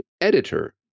editor